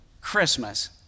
Christmas